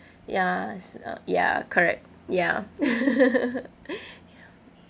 ya ya correct ya